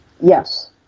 yes